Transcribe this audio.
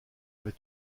avait